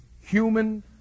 human